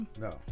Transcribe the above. No